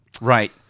Right